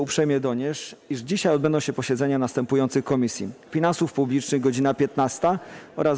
uprzejmie donieść, iż dzisiaj odbędą się posiedzenia następujących Komisji: - Finansów Publicznych - godz. 15,